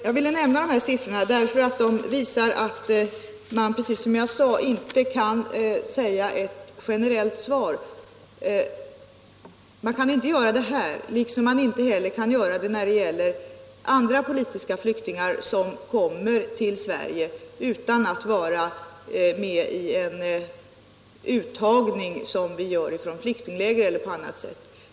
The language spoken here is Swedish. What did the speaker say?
Jag vill nämna dessa siffror eftersom de visar att man som jag sade inte kan lämna något generellt svar här, lika litet som man kan göra det när det gäller andra politiska flyktingar som kommer till Sverige utan att vara med i en uttagning som vi gör från flyktingläger eller på annat sätt.